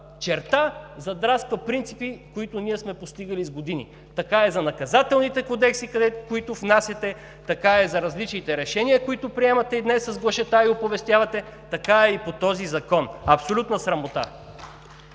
черта задрасква принципи, които ние сме постигали с години! Така е за промените в наказателните кодекси, които внасяте; така е за различните решения, които приемате и днес с глашатаи оповестявате, така е и по този закон! Абсолютна срамота!